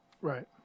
Right